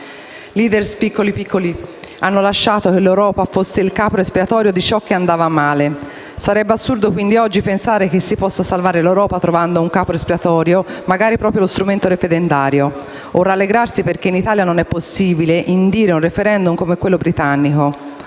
*Leader* piccoli piccoli hanno lasciato che l'Europa fosse il capro espiatorio di ciò che andava male. Sarebbe assurdo, quindi, oggi pensare che si possa salvare l'Europa trovando un nuovo capro espiatorio, magari proprio lo strumento referendario o rallegrarsi perché in Italia non è possibile indire un *referendum* come quello britannico.